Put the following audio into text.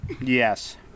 Yes